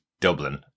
Dublin